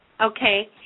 Okay